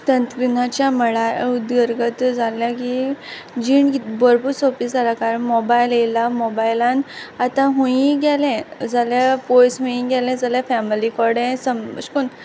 तंत्रगिन्यानाच्या मळार उदरगत जाल्या की जीण भरपूर सोंपी जाल्या मोबायल येला मोबायलांत आतां हुंयी गेलें जाल्यार पोयस हुंयी गेलें जाल्यार फेमिली कोडें अेश कोन्न